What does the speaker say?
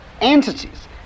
entities